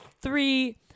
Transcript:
Three